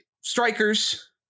Strikers